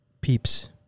Peeps